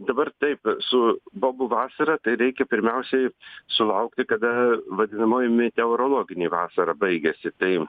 dabar taip su bobų vasara tai reikia pirmiausiai sulaukti kada vadinamoji meteorologinė vasara baigiasi tai